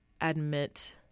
admit